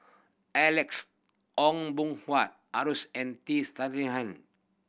Alex Ong Boon Hua and T